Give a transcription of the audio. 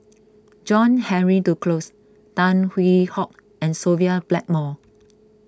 John Henry Duclos Tan Hwee Hock and Sophia Blackmore